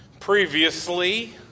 Previously